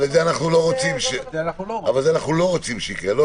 זה אנחנו לא רוצים שיקרה.